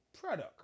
product